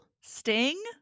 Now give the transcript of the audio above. sting